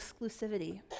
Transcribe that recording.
exclusivity